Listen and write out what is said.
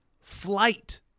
flight